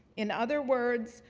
in other words,